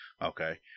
Okay